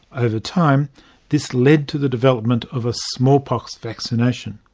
over time this led to the development of a smallpox vaccination.